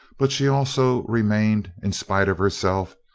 but she also remained, in spite of herself,